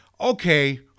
Okay